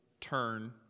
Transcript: turn